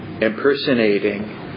impersonating